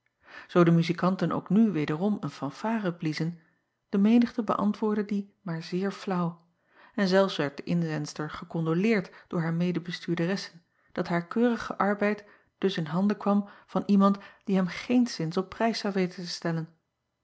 oo de muzikanten ook nu wederom een fanfare bliezen de menigte beäntwoordde die maar zeer flaauw en zelfs werd de inzendster gekondoleerd door haar medebestuurderessen dat haar keurige arbeid dus in handen kwam van iemand die hem geenszins op prijs zou weten te stellen